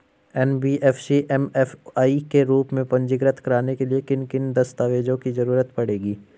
NBFC MFI के रूप में पंजीकृत कराने के लिए किन किन दस्तावेजों की जरूरत पड़ेगी?